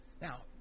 Now